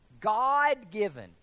God-given